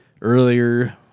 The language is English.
earlier